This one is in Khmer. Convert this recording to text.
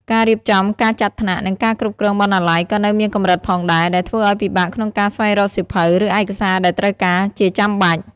ការរៀបចំ ការចាត់ថ្នាក់ និងការគ្រប់គ្រងបណ្ណាល័យក៏នៅមានកម្រិតផងដែរ ដែលធ្វើឱ្យពិបាកក្នុងការស្វែងរកសៀវភៅ ឬឯកសារដែលត្រូវការជាចាំបាច់។